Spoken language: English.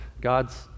God's